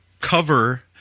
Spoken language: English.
cover